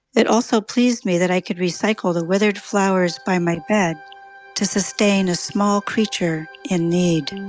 it also pleased me that i could recycle the withered flowers by my bed to sustain a small creature in need